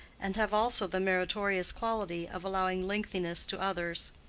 and have also the meritorious quality of allowing lengthiness to others.